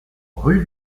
rue